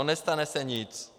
Nestane se nic.